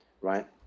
right